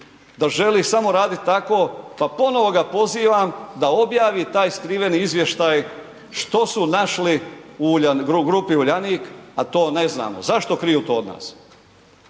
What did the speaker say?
da želi samo raditi tako pa ponovno ga pozivam da objavi taj skriveni izvještaj što su našli u grupi Uljanik a to ne znamo, zašto kriju to od nas?